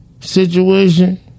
situation